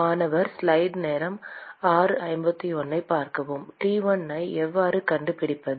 மாணவர் T1 ஐ எவ்வாறு கண்டுபிடிப்பது